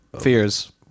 fears